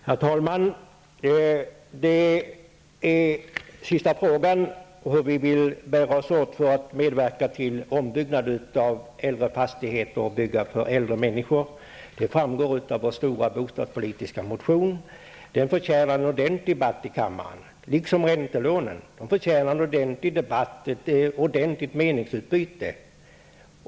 Herr talman! Svaret på den sista frågan om hur vi skall bära oss åt för att medverka till ombyggnader av äldre fastigheter och bygga för äldre människor framgår av vår stora bostadspolitiska motion. Den förtjänar liksom förslaget om räntelånen en ordentlig debatt i kammaren. De förtjänar ett ordentligt meningsutbyte.